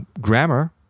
grammar